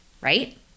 Right